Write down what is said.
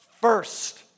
first